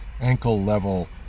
ankle-level